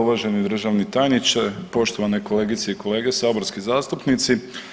Uvaženi državni tajniče, poštovane kolegice i kolege saborski zastupnici.